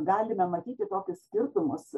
galime matyti tokius skirtumus